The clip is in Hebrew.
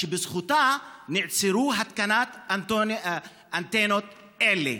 שבזכותה נעצרה התקנת אנטנות אלה.